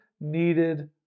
needed